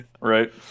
Right